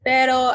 Pero